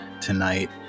tonight